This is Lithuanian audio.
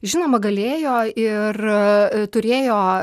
žinoma galėjo ir turėjo